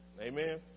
Amen